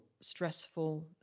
stressful